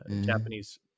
Japanese